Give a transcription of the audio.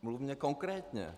Mluvme konkrétně.